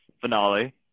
finale